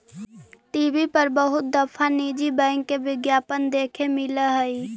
TV पर बहुत दफा निजी बैंक के विज्ञापन देखे मिला हई